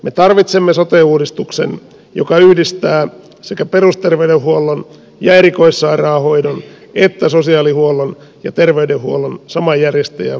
me tarvitsemme sote uudistuksen joka yhdistää sekä perusterveydenhuollon ja erikoissairaanhoidon että sosiaalihuollon ja terveydenhuollon saman järjestäjän vastuulle